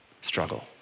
struggle